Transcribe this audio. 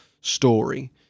story